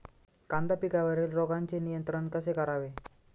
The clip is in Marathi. कांदा पिकावरील रोगांचे नियंत्रण कसे करावे?